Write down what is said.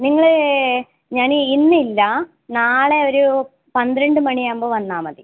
നിങ്ങളേ ഞാൻ ഇന്നില്ല നാളെ ഒരു പന്ത്രണ്ട് മണിയാകുമ്പോൾ വന്നാൽ മതി